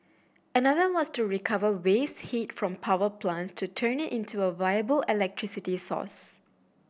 another was to recover waste heat from power plants to turn it into a viable electricity source